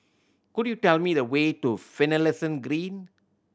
could you tell me the way to Finlayson Green